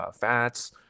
fats